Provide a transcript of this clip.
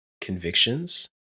convictions